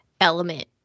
element